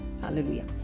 hallelujah